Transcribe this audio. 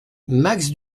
max